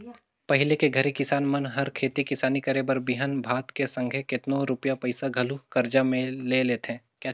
पहिली के घरी किसान मन हर खेती किसानी करे बर बीहन भात के संघे केतनो रूपिया पइसा घलो करजा में ले लेथें